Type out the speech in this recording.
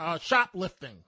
shoplifting